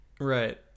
Right